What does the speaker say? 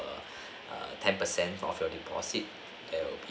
err ten percent of your deposit there will be